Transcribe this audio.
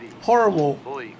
horrible